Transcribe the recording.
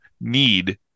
need